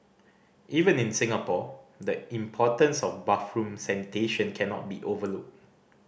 even in Singapore the importance of bathroom sanitation cannot be overlooked